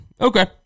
Okay